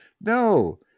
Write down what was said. no